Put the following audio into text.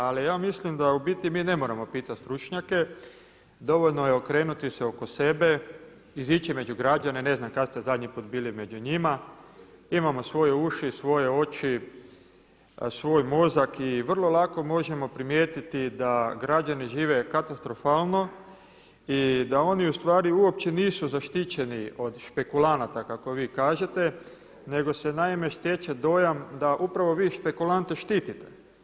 Ali ja mislim da u biti mi ne moramo pitati stručnjake, dovoljno je okrenuti se oko sebe, izići među građane, ne znam kada ste zadnji put bili među njima, imamo svoje uši, svoje oči, svoj mozak i vrlo lako možemo primijetiti da građani žive katastrofalno i da oni ustvari uopće nisu zaštićeni od špekulanata kao što vi kažete nego se naime stječe dojam da upravo vi špekulante štitite.